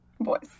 boys